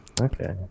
Okay